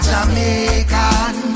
Jamaican